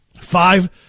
Five